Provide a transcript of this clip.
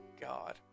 God